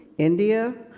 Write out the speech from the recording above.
india,